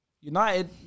United